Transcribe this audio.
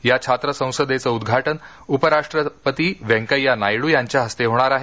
या छात्र संसदेचं उद्घाटन उपराष्ट्रपती व्यंकय्या नायडू यांच्या हस्ते होणार आहे